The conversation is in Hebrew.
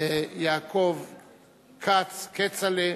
יעקב כץ, כצל'ה,